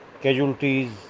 casualties